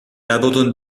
abandonne